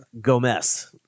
Gomez